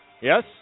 Yes